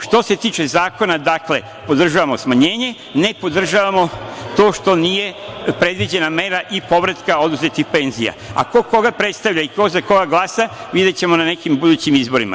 Što se tiče zakona, podržavamo smanjenje, ne podržavamo to što nije predviđena mera i povratka oduzetih penzija, a ko koga predstavlja i ko za koga glasa, videćemo na nekim budućim izborima.